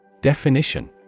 definition